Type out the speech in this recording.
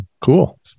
Cool